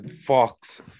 Fox